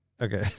Okay